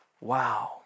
wow